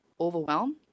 overwhelm